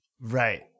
Right